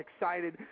excited